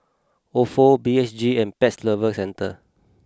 Ofo B H G and Pet Lovers Centre